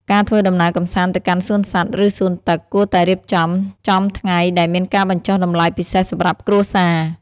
ការធ្វើដំណើរកម្សាន្តទៅកាន់សួនសត្វ ឬសួនទឹក គួរតែរៀបចំចំថ្ងៃដែលមានការបញ្ចុះតម្លៃពិសេសសម្រាប់គ្រួសារ។